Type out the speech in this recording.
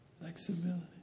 Flexibility